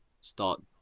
Start